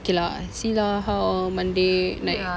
okay lah see lah how on monday like